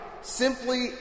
Simply